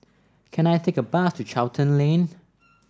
can I take a bus to Charlton Lane